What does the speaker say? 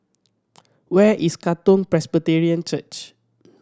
where is Katong Presbyterian Church